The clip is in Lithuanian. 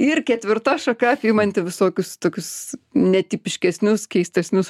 ir ketvirta šaka apimanti visokius tokius netipiškesnius keistesnius